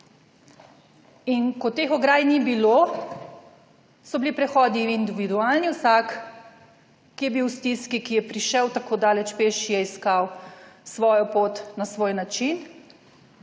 In ko teh ograj ni bilo, so bili prehodi individualni, vsak, ki je bil v stiski, ki je prišel tako daleč peš, je iskal svojo pot na svoj način.